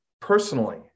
personally